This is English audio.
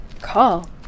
Call